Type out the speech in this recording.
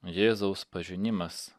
jėzaus pažinimas